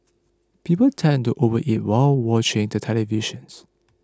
people tend to overeat while watching the televisions